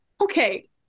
okay